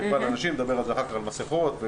אכיפה על אנשים בעניין חבישת מסכות.